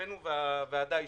הבאנו והוועדה אישרה,